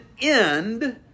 end